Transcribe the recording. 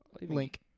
Link